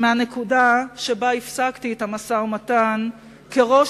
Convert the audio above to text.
מהנקודה שבה הפסקתי את המשא-ומתן כראש